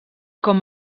com